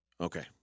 Okay